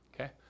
okay